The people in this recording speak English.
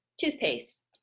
toothpaste